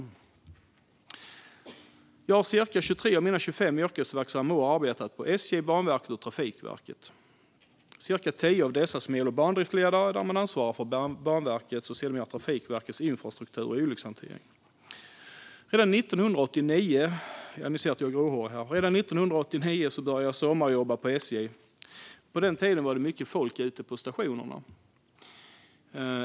Jag har under cirka 23 av mina 25 yrkesverksamma år arbetat på SJ, Banverket och Trafikverket. Jag var el och bandriftledare och ansvarade under ungefär tio års tid för Banverkets, sedermera Trafikverkets, infrastruktur och olyckshantering. Redan 1989 började jag sommarjobba på SJ. På den tiden var det mycket folk ute på stationerna.